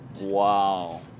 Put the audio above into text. Wow